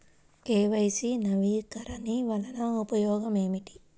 KYC నవీకరణ వలన ఉపయోగం ఏమిటీ?